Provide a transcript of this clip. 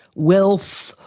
wealth,